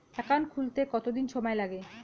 Account খুলতে কতদিন সময় লাগে?